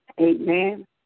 Amen